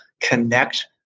connect